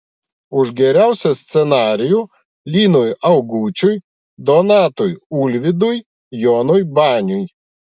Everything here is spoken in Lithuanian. už geriausią scenarijų linui augučiui donatui ulvydui jonui baniui